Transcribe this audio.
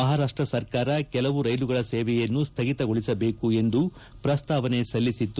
ಮಹಾರಾಷ್ಟ ಸರ್ಕಾರ ಕೆಲವು ರೈಲುಗಳ ಸೇವೆಯನ್ನು ಸ್ಥಗಿತಗೊಳಿಸಬೇಕು ಎಂದು ಪ್ರಸ್ತಾವನೆ ಸಲ್ಲಿಸಿತ್ತು